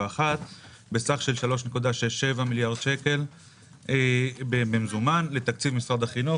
בסך של 3.67 מיליארד שקל במזומן לתקציב משרד החינוך